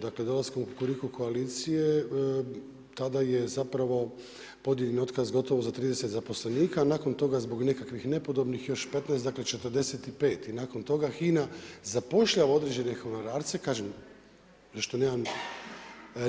Dakle dolaskom Kukuriku koalicije tada je zapravo podijeljen otkaza gotovo za 30 zaposlenika, nakon toga zbog nekakvih nepodobnih još 14 dakle 45 i nakon toga HINA zapošljava određene honorarce, kažem na što nemam